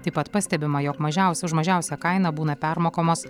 taip pat pastebima jog mažiaus už mažiausią kainą būna permokamos